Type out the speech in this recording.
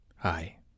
Hi